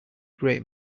great